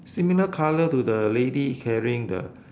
similar colour to the lady carrying the